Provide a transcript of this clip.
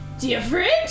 Different